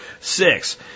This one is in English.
Six